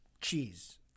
Cheese